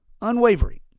Unwavering